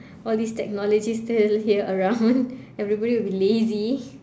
all these technology still here around everybody will be lazy